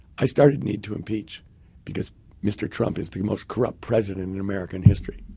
i started need to impeach because mr. trump is the most corrupt president in american history.